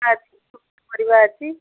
ପରିବା ଅଛି